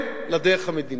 כן לדרך המדינית.